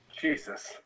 Jesus